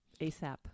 ASAP